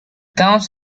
towns